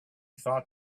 thought